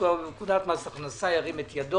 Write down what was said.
הנפקה בפקודת מס הכנסה ירים את ידו.